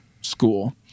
school